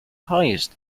highest